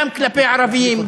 גם כלפי ערבים,